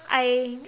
I